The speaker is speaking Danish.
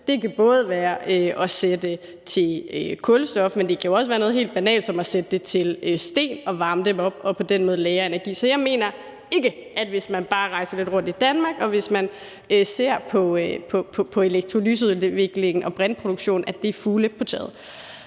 Det kan både være at sætte det til kulstof, men det kan også være noget helt banalt som at sætte det til sten og varme dem op og på den måde lagre energi. Så jeg mener ikke, at det, hvis man bare rejser lidt rundt i Danmark og ser på elektrolyseudviklingen og brintproduktionen, er fugle på taget.